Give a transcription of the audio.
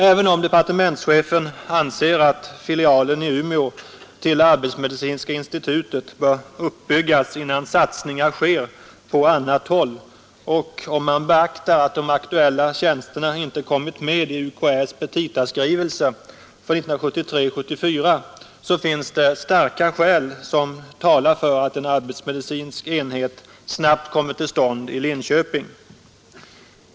Även om departementschefen anser att filialen i Umeå till arbetsmedicinska institutet bör uppbyggas innan satsningar sker på annat håll och om man beaktar att de aktuella tjänsterna inte kommit med i UKÄ:s petitaskrivelse för 1973/74, så finns det starka skäl som talar för att en arbetsmedicinsk enhet snabbt kommer till stånd i Linköping.